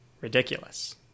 Ridiculous